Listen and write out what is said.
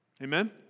Amen